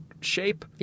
shape